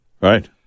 Right